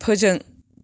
फोजों